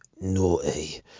naughty